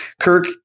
Kirk